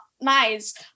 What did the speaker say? nice